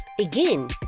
Again